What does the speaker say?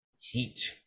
heat